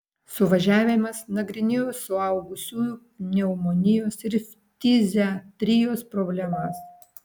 suvažiavimas nagrinėjo suaugusiųjų pneumonijos ir ftiziatrijos problemas